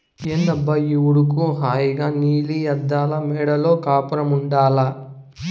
ఏందబ్బా ఈ ఉడుకు హాయిగా నీలి అద్దాల మిద్దెలో కాపురముండాల్ల